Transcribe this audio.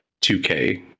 2k